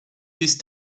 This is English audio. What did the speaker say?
these